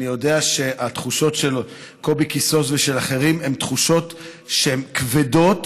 אני יודע שהתחושות של קובי קיסוס ושל אחרים הן תחושות שהן כבדות,